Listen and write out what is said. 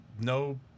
no